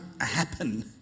happen